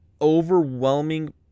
overwhelming